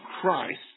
Christ